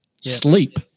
sleep